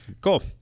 cool